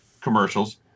commercials